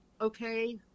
okay